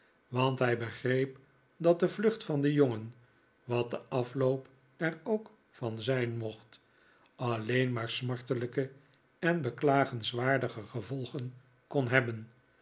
want hij begreep dat de vlucht van den jongen wat de afloop er ook van zijn mocht alleen maar smartelijke en beklagenswaardige gevolgen kon hebben